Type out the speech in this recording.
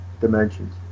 dimensions